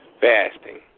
fasting